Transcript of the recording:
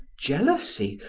jealousy,